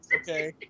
okay